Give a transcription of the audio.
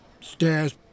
stairs